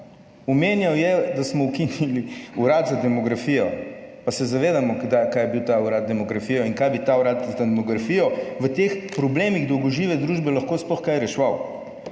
omenjal je, da smo ukinili Urad za demografijo. Pa se zavedamo kdaj, kaj je bil ta Urad za demografijo in kaj bi ta Urad za demografijo v teh problemih dolgožive družbe lahko sploh kaj reševal?